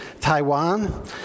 Taiwan